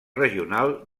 regional